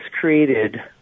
created